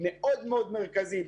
מאוד מאוד מרכזי,